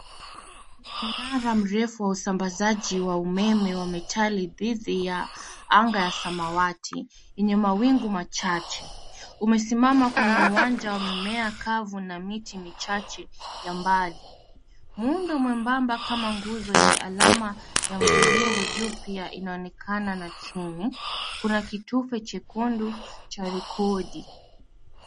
Kuna mnara mrefu wa usambazaji wa umeme wa metali dhidi ya anga ya samawati yenye mawingu machache. Umesimama kwenye uwanja wa mmea kavu na miti michache ya mbali. Muundo mwembamba kama nguzo yenye alama ya mviringo juu pia inaonekana na chini. Kuna kitufe chekundu cha rekodi.